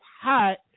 hot